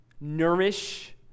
nourish